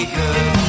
good